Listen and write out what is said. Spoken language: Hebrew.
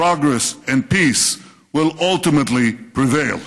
progress and peace will automatically prevail.